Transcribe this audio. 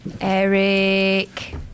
Eric